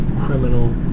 criminal